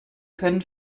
können